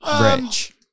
Rich